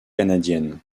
canadienne